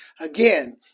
Again